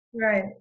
Right